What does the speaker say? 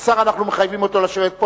ואת השר אנחנו מחייבים לשבת פה.